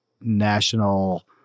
national